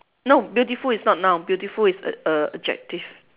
no beautiful is not noun beautiful is err err adjective